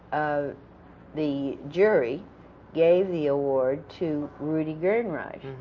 ah the jury gave the award to rudi gernreich,